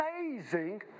amazing